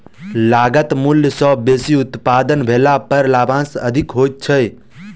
लागत मूल्य सॅ बेसी उत्पादन भेला पर लाभांश अधिक होइत छै